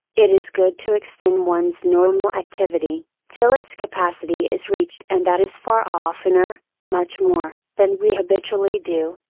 it is good to extend one's normal activity, till its capacity is reached and that is far oftener, much more, than we habitually do,